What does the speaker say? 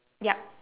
ya